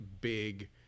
big